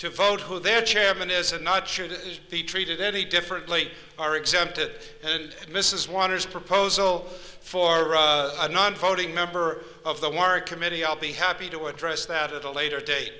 to vote who their chairman is and not should be treated any differently are exempted head mrs waters proposal for a non voting member of the work committee i'll be happy to address that at a later date